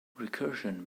recursion